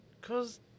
cause